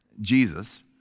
Jesus